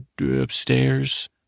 upstairs